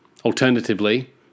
Alternatively